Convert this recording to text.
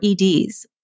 EDs